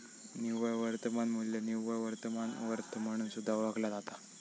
निव्वळ वर्तमान मू्ल्य निव्वळ वर्तमान वर्थ म्हणून सुद्धा ओळखला जाता